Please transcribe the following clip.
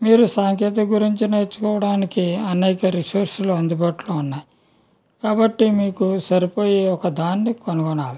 మీరు సాంకేతికత గురించి నేర్చుకోవడానికి అనేక రిసోర్స్లు అందుబాటులో ఉన్నాయి కాబట్టి మీకు సరిపోయే ఒక దాన్ని కనుగొనాలి